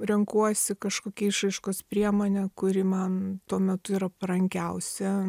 renkuosi kažkokią išraiškos priemonę kuri man tuo metu yra parankiausia